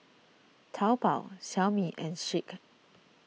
Taobao Xiaomi and Schick